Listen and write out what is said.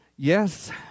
Yes